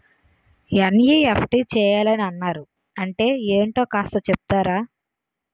NEFT చేయాలని అన్నారు అంటే ఏంటో కాస్త చెపుతారా?